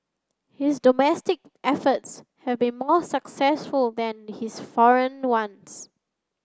his domestic efforts have been more successful than his foreign ones